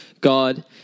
God